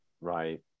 Right